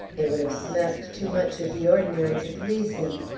it would have smacked too much of the ordinary to please him.